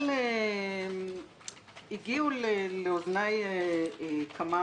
הגיעו לאוזניי כמה